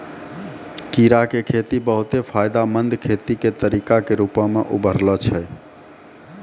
कीड़ा के खेती बहुते फायदामंद खेती के तरिका के रुपो मे उभरलो छै